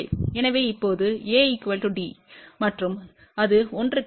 எனவே இப்போது A D மற்றும் அது 1 க்கு சமம்